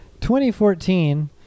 2014